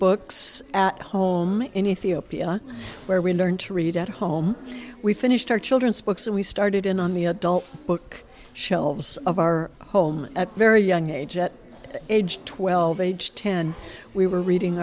books at home in ethiopia where we learned to read at home we finished our children's books and we started in on the adult book shelves of our home at very young age at age twelve age ten we were reading